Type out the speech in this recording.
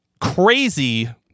crazy